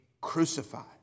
crucified